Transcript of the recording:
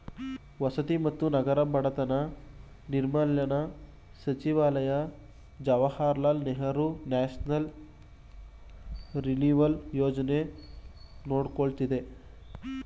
ವಸತಿ ಮತ್ತು ನಗರ ಬಡತನ ನಿರ್ಮೂಲನಾ ಸಚಿವಾಲಯ ಜವಾಹರ್ಲಾಲ್ ನೆಹರು ನ್ಯಾಷನಲ್ ರಿನಿವಲ್ ಯೋಜನೆ ನೋಡಕೊಳ್ಳುತ್ತಿದೆ